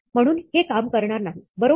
म्हणून हे काम करणार नाही बरोबर